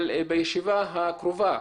אבל בישיבה הקרובה,